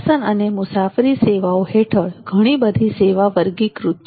પ્રવાસન અને મુસાફરી સેવાઓ હેઠળ ઘણી બધી સેવા વર્ગીકૃત છે